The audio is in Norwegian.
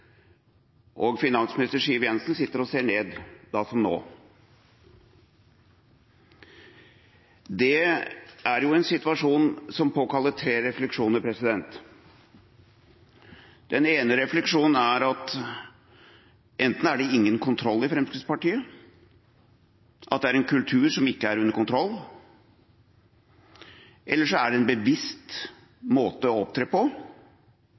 og finansminister Siv Jensen sitter og ser ned, nå som da. Det er en situasjon som påkaller tre refleksjoner. Den ene refleksjonen er at enten er det ingen kontroll i Fremskrittspartiet, at det er en kultur som ikke er under kontroll, eller så er det en bevisst måte å opptre på,